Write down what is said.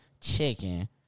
chicken